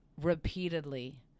repeatedly